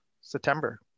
September